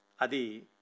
adi